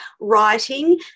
writing